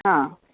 हा